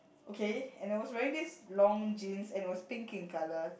okay and I was wearing this long jeans and it was pink in color